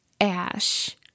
Ash